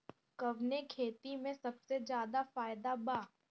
कवने खेती में सबसे ज्यादा फायदा बा?